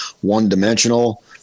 one-dimensional –